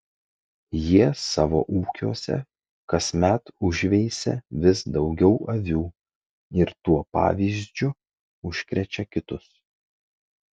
jie savo ūkiuose kasmet užveisia vis daugiau avių ir tuo pavyzdžiu užkrečia kitus